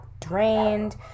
drained